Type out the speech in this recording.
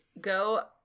go